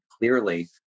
clearly